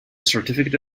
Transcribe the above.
certificate